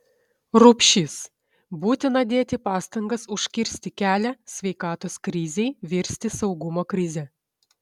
rupšys būtina dėti pastangas užkirsti kelią sveikatos krizei virsti saugumo krize